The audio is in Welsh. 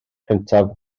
cyntaf